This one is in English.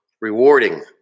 rewarding